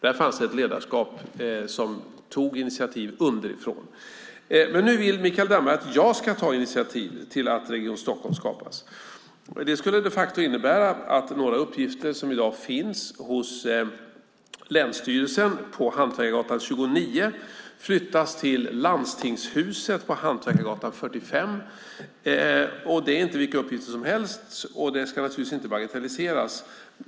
Där fanns ett ledarskap som tog initiativ underifrån. Nu vill Mikael Damberg att jag ska ta initiativ till att Region Stockholm skapas. Det skulle de facto innebära att några uppgifter som i dag finns hos länsstyrelsen på Hantverkargatan 29 flyttas till Landstingshuset på Hantverkargatan 45. Det är inte vilka uppgifter som helst, och det här ska naturligtvis inte bagatelliseras.